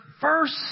first